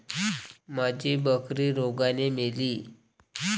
माझी बकरी रोगाने मेली